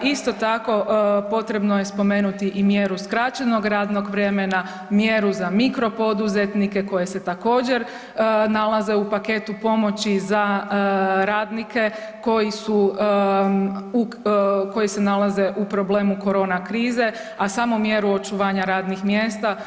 Isto tako potrebno je spomenuti i mjeru skraćenog radnog vremena, mjeru za mikro poduzetnike koje se također nalaze u paketu pomoći za radnike koje se nalaze u problemu korona krize, a samu mjeru očuvanje radnih mjesta.